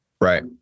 Right